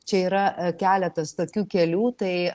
čia yra keletas tokių kelių tai